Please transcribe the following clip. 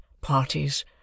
parties